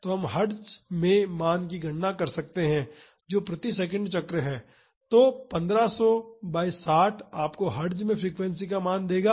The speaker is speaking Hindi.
तो हम हर्ट्ज में मान की गणना कर सकते हैं जो प्रति सेकंड चक्र है तो 1500 बाई 60 आपको हर्ट्ज़ में फ्रीक्वेंसी का मान देगा